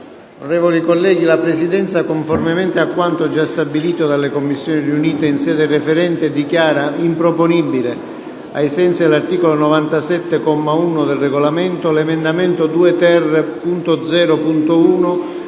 nuova finestra"). La Presidenza, conformemente a quanto già stabilito dalle Commissioni riunite in sede referente, dichiara improponibile, ai sensi dell'articolo 97, comma 1, del Regolamento, l'emendamento 2-*ter*.0.1